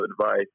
advice